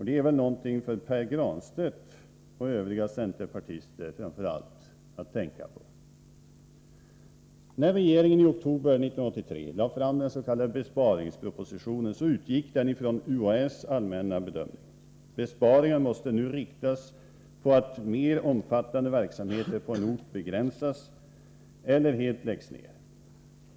Det är väl någonting framför allt för Pär Granstedt och övriga centerpartister att tänka på. När regeringen i oktober 1983 lade fram den s.k. besparingspropositionen utgick den från UHÄ:s allmänna bedömningar. Besparingar måste nu inriktas på att mer omfattande verksamheter på en ort begränsas eller helt läggs ned.